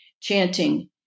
chanting